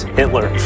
Hitler